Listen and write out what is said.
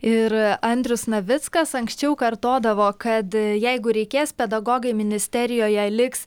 ir andrius navickas anksčiau kartodavo kad jeigu reikės pedagogai ministerijoje liks